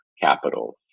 capitals